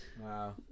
Wow